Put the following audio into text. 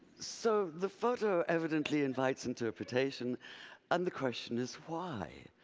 so, the photo evidently invites interpretation and the question is, why?